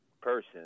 person